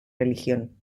religión